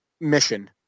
mission